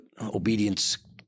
obedience